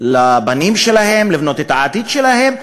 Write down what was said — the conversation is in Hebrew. לבנים שלהם, לבנות את העתיד שלהם,